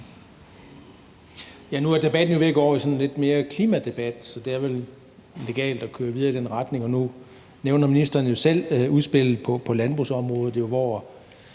Nu er debatten jo ved at gå over til sådan lidt mere at være en klimadebat, så det er vel legalt at køre videre i den retning. Nu nævner ministeren jo selv udspillet på landbrugsområdet,